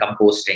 composting